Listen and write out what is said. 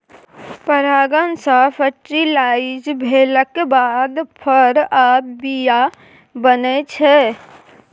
परागण सँ फर्टिलाइज भेलाक बाद फर आ बीया बनै छै